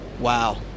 wow